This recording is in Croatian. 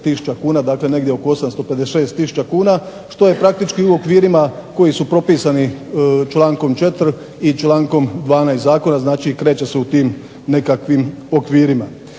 dakle negdje oko 856 tisuća kuna, što je praktički i u okvirima koji su propisani člankom 4. i člankom 12. zakona, znači kreće se u tim nekakvim okvirima.